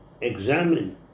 examine